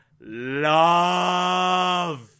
love